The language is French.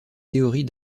théorie